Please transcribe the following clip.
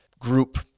group